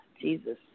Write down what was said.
Jesus